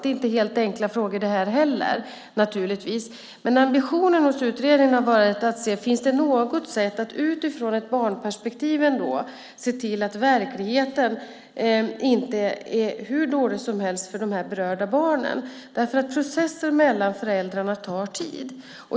Det är inte helt enkla frågor det här heller. Ambitionen hos utredningen har varit att se om det finns något sätt att utifrån ett barnperspektiv se till att verkligheten inte är hur dålig som helst för de berörda barnen. Processen mellan föräldrarna tar tid.